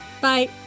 Bye